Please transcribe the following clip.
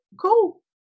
cool